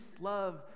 love